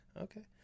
okay